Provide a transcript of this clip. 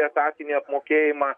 etatinį apmokėjimą